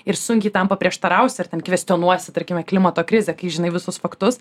ir sunkiai tam paprieštarausi ar ten kvestionuosi tarkime klimato krizę kai žinai visus faktus